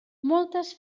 moltes